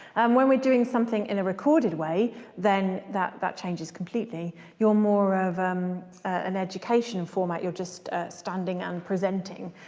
when we're doing something in a recorded way then that that changes completely you're more of um an education and format you're just standing and presenting,